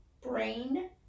brain